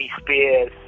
Spears